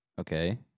Okay